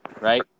Right